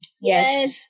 Yes